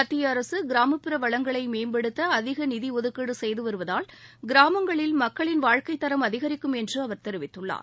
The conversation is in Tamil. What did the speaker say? மத்திய அரசு கிராமப்புற வளங்களை மேம்படுத்த அதிக நிதி ஒதுக்கீடு செய்து வருவதால் கிராமங்களில் மக்களின் வாழ்க்கைத்தரம் அதிகரிக்கும் என்று அவர் தெரிவித்துள்ளார்